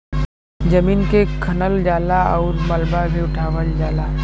जमीन के खनल जाला आउर मलबा भी उठावल जाला